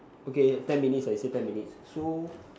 okay ten minutes I say ten minutes so